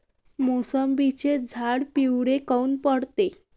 मोसंबीचे झाडं पिवळे काऊन पडते?